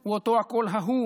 הוא אותו הקול ההוא